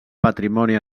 patrimoni